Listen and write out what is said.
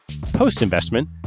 Post-investment